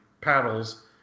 paddles